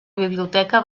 biblioteca